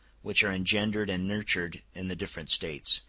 which are engendered and nurtured in the different states,